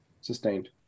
sustained